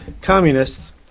communists